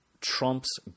Trump's